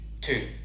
Two